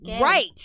Right